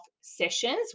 sessions